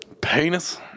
Penis